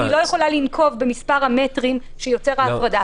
אני לא יכולה לנקוב במספר המטרים שיוצרת הפרדה.